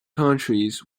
countries